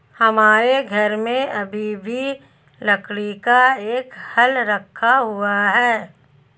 हमारे घर में अभी भी लकड़ी का एक हल रखा हुआ है